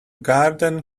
garden